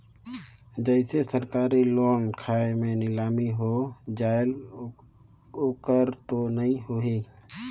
जैसे सरकारी लोन खाय मे नीलामी हो जायेल ओकर तो नइ होही?